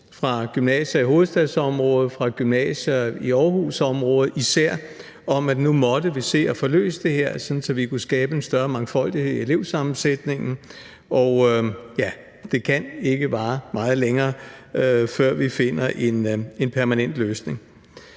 fra gymnasier i hovedstadsområdet og Aarhusområdet, at vi måtte se at få løst det her, så vi kunne skabe en større mangfoldighed i elevsammensætningen. Det kan ikke vare meget længere, før vi finder en permanent løsning.